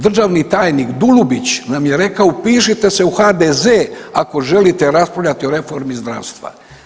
Državni tajnik Dulubić nam je rekao upišite se u HDZ ako želite raspravljati o reformi zdravstva.